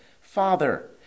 Father